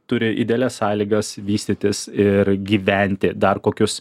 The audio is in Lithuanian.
turi idealias sąlygas vystytis ir gyventi dar kokius